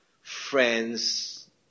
friends